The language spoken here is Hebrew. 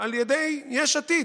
אישי,